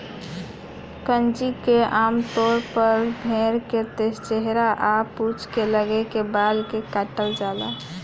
crutching में आमतौर पर भेड़ के चेहरा आ पूंछ के लगे के बाल के काटल जाला